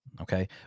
Okay